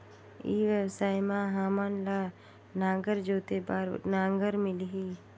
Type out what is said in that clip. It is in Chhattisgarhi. ई व्यवसाय मां हामन ला नागर जोते बार नागर मिलही?